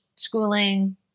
schooling